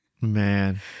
Man